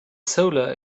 solar